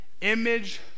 Image